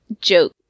joke